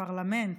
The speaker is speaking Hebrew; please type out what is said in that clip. הפרלמנט,